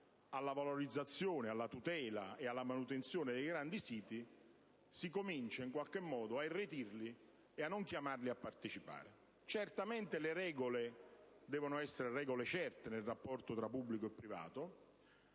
alla valorizzazione, alla tutela e alla manutenzione dei grandi siti, si comincia in qualche modo ad irretirli e a non chiamarli a partecipare. Sicuramente devono esserci regole certe nel rapporto tra pubblico e privato,